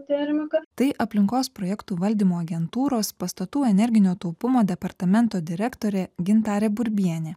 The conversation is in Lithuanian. termika tai aplinkos projektų valdymo agentūros pastatų energinio taupumo departamento direktorė gintarė burbienė